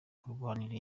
kurwanira